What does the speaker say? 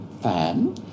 fan